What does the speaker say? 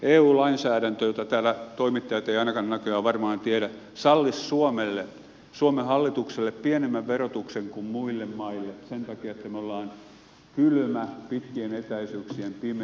eu lainsäädäntö jota täällä toimittajat eivät ainakaan näköjään varmaan tiedä sallisi suomelle suomen hallitukselle pienemmän verotuksen kuin muille maille sen takia että me olemme kylmä pitkien etäisyyksien pimeä maa